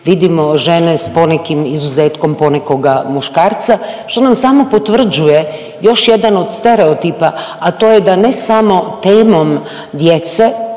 vidimo žene s ponekim izuzetkom ponekoga muškarca, što nam samo potvrđuje još jedan od stereotipa, a to je da ne samo temom djece,